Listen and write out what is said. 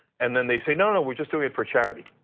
and then they say, no no, we're just doing it for charity.